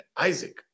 Isaac